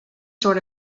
sort